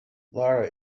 lara